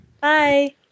Bye